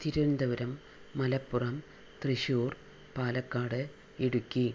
Thiruvananthapuram Malappuram Thrissur Palakkad Idukki